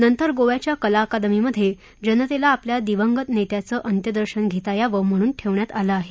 नंतर गोव्याच्या कलाअकादमीमधे जनतेला आपल्या दिवंगत नेत्याचं अंत्यदर्शन घेता यावं म्हणून ठेवण्यात आलं आहे